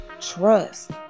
trust